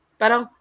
parang